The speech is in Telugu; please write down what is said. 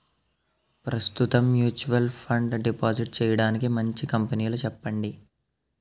ప్రస్తుతం మ్యూచువల్ ఫండ్ డిపాజిట్ చేయడానికి మంచి కంపెనీలు చెప్పండి